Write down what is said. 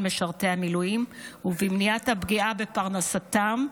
משרתי המילואים ובמניעת הפגיעה בפרנסתם,